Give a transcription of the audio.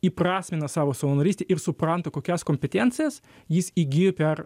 įprasmina savo savanorystę ir supranta kokias kompetencijas jis įgijo per